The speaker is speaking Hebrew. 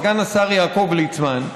סגן השר יעקב ליצמן,